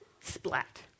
Splat